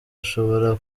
ashobora